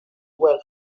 well